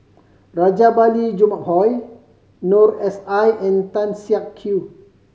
Rajabali Jumabhoy Noor S I and Tan Siak Kew